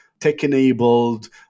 tech-enabled